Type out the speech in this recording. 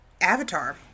Avatar